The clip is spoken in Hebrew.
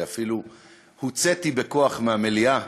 ואפילו הוצאתי בכוח מהמליאה